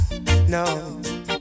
no